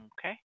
okay